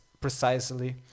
precisely